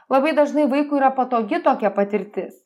labai dažnai vaikui yra patogi tokia patirtis